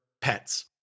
pets